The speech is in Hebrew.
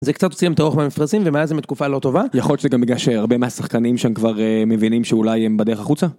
זה קצת הוציא להם את הרוח מהמפרשים ומאז הם בתקופה לא טובה יכול להיות שזה גם בגלל שהרבה מהשחקנים שם כבר מבינים שאולי הם בדרך החוצה?